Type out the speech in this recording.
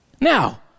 Now